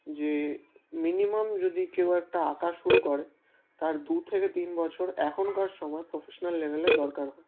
যে মিনিমাম যদি কেউ একটা আঁকা শুরু করে তার দু থেকে তিন বছর এখনকার সময় প্রফেশনাল লেভেলের দরকার হয়